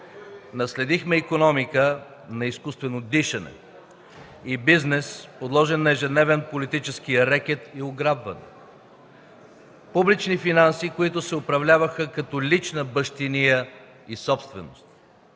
Наследихме икономика на изкуствено дишане и бизнес, подложен на ежедневен политически рекет и ограбване, публични финанси, които се управляваха като лична бащиния и собственост,